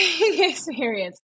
experience